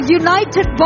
united